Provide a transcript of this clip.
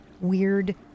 weird